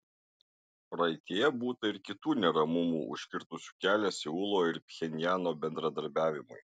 praeityje būta ir kitų neramumų užkirtusių kelią seulo ir pchenjano bendradarbiavimui